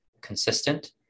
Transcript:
consistent